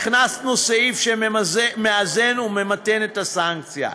הכנסנו סעיף שמאזן וממתן את הסנקציה: